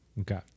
Okay